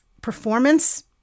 performance